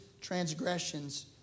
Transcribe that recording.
transgressions